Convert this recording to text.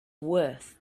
worth